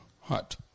hot